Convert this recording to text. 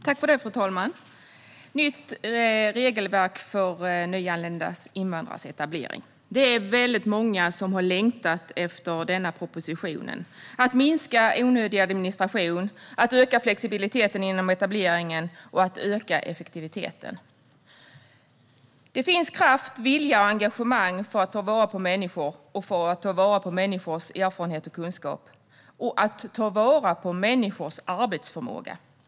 Fru talman! Det är många som har längtat efter denna proposition om ett nytt regelverk för nyanlända invandrares etablering. Det handlar om att minska onödig administration, att öka flexibiliteten inom etableringen och att öka effektiviteten. Det finns kraft, vilja och engagemang för att ta vara på människor, på deras erfarenhet och kunskap och på deras arbetsförmåga.